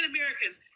Americans